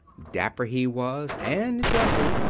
dapper he was, and dressy,